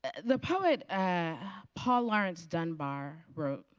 the poet paul lawrence dunbar wrote,